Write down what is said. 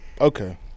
Okay